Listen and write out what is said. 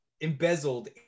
embezzled